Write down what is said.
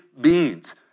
beings